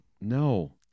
No